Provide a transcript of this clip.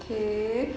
okay